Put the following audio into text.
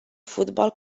football